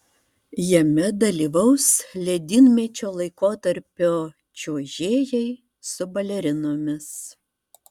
jame dalyvaus ledynmečio laikotarpio čiuožėjai su balerinomis